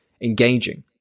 engaging